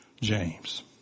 James